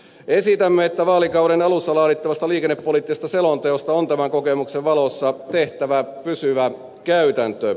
esitämme että vaalikauden alussa laadittavasta liikennepoliittisesta selonteosta on tämän kokemuksen valossa tehtävä pysyvä käytäntö